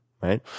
right